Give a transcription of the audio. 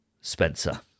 Spencer